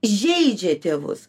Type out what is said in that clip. žeidžia tėvus